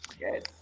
Yes